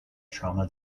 trauma